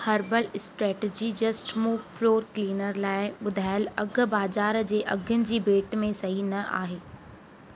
herbal strategy just mop floor cleaner लाइ ॿुधायल अघि बाज़ार जे अघनि जी भेट में सही न आहे